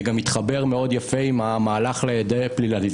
זה גם מתחבר מאוד יפה עם המהלך ל"דה-פליליזציה"